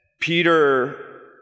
Peter